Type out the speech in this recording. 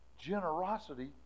generosity